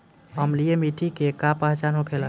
अम्लीय मिट्टी के का पहचान होखेला?